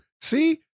See